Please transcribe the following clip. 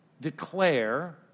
Declare